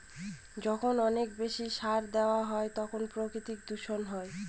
যখন অনেক বেশি সার দেওয়া হয় তখন প্রাকৃতিক দূষণ হয়